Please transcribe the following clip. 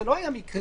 זה לא היה מקרי,